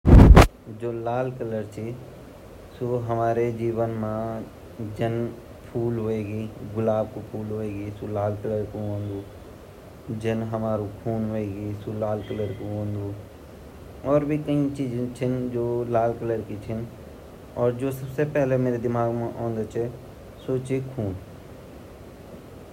लाल रंग जु छिन ता हमते बचपन बे बतायु कि शुरू रंग क्या वोंदु लाल ता शुरू बे व छवि हमा अंदर ची अर यु सच्ची बात ची किलेकी जब सूर्य औन्दु सारा संसार ही चमक जांदू लाल रंग जो ची भगवानु रंग ची भगवानु ते भी उ पसंद ची अर हमा घर मा जु नयी-नयी ब्वारी लष्मी रूपे औंदी उ भी लाल रंग मा भगवाना रुप मा मनन।